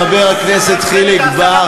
חבר הכנסת חיליק בר,